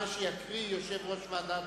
הכלכלית (תיקוני חקיקה ליישום התוכנית